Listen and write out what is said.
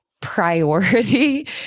priority